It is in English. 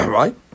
right